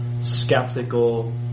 skeptical